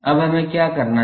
अब हमें क्या करना है